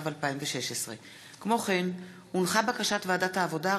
התשע"ו 2016. בקשת ועדת העבודה,